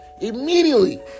immediately